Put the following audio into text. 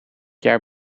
jaar